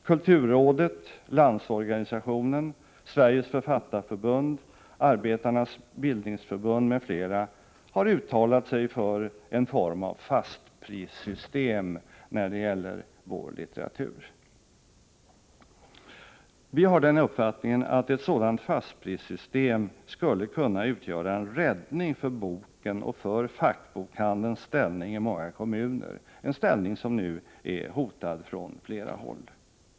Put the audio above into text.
Kulturrådet, Landsorganisationen, Sveriges författarförbund, Arbetarnas bildningsförbund m.fl. har uttalat sig för en form av fastprissystem när det gäller vår litteratur. Vi har den uppfattningen att ett sådant fastprissystem skulle kunna utgöra en räddning för boken och för fackbokhandelns ställning i många kommuner — en ställning som nu är hotad från flera håll.